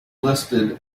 listed